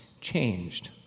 changed